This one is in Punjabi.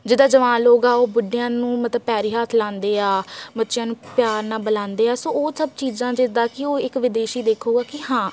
ਜਿੱਦਾਂ ਜਵਾਨ ਲੋਕ ਆ ਓਹ ਬੁੱਢਿਆਂ ਨੂੰ ਮਤਲਬ ਪੈਰੀ ਹੱਥ ਲਗਾਉਂਦੇ ਆ ਬੱਚਿਆਂ ਨੂੰ ਪਿਆਰ ਨਾਲ ਬੁਲਾਉਂਦੇ ਆ ਸੋ ਉਹ ਸਭ ਚੀਜ਼ਾਂ ਜਿੱਦਾਂ ਕਿ ਉਹ ਇੱਕ ਵਿਦੇਸ਼ੀ ਦੇਖੂਗਾ ਕਿ ਹਾਂ